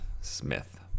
Smith